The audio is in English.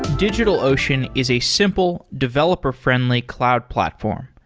digitalocean is a simple, developer friendly cloud platform.